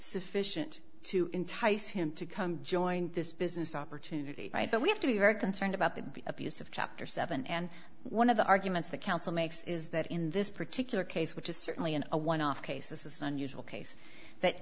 sufficient to entice him to come join this business opportunity but we have to be very concerned about the abuse of chapter seven and one of the arguments the council makes is that in this particular case which is certainly an a one off case this is an unusual case that